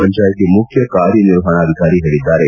ಪಂಚಾಯಿತಿ ಮುಖ್ಯಕಾರ್ಯನಿರ್ವಾಣಾಧಿಕಾರಿ ಹೇಳಿದ್ದಾರೆ